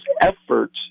efforts